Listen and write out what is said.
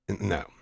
No